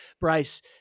Bryce